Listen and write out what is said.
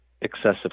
excessive